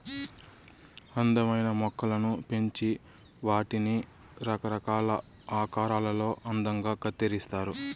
అందమైన మొక్కలను పెంచి వాటిని రకరకాల ఆకారాలలో అందంగా కత్తిరిస్తారు